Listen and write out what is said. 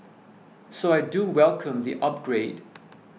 so I do welcome the upgrade